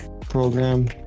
program